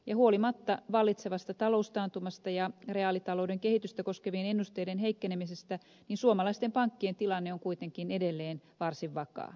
huolimatta vallitsevasta taloustaantumasta ja reaalitalouden kehitystä koskevien ennusteiden heikkenemisestä suomalaisten pankkien tilanne on kuitenkin edelleen varsin vakaa